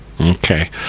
Okay